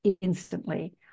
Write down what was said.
Instantly